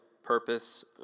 purpose